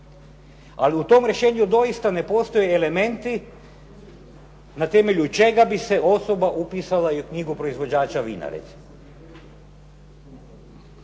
Ali u tom rješenju doista ne postoje elementi na temelju čega bi se osoba upisala i u knjigu proizvođača vina